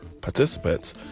participants